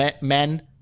men